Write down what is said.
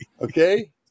okay